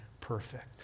perfect